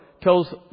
tells